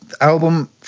album